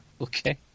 Okay